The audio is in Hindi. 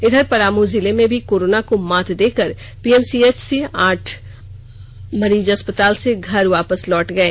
इधर पलामू जिले में भी कोरोना को मात देकर पीएमसीएच से आज आठ मरीज अस्पताल से घर वापस लौट गये